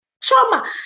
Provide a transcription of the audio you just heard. trauma